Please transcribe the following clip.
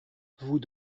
vous